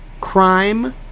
crime